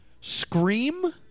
scream